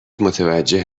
متوجه